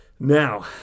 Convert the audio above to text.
Now